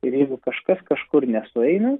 ir jeigu kažkas kažkur nesueina